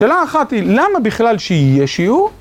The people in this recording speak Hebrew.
שאלה אחת היא למה בכלל שיהיה שיעור?